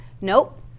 Nope